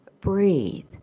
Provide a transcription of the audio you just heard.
breathe